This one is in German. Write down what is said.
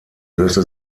löste